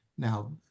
Now